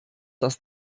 das